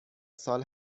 سال